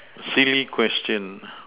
silly question